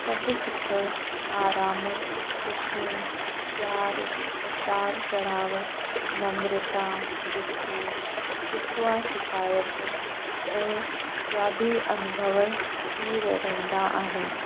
सभु सुख आराम ख़ुशियूं प्यारु उतारु चढ़ाउ नमृता घुसो शिकवा शिकायत ऐं ॿियां बि अनुभव थी रहंदा आहिनि